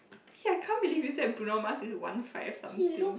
hey I can't believe you said Bruno-Mars is one five something